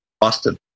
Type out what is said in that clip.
Boston